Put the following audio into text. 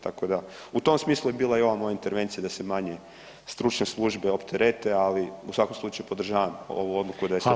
Tako da u tom smislu je bila i ova moja intervencija, da se manje stručne službe opterete ali u svakom slučaju podržavam ovu odluku da je 151 stolica.